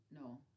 No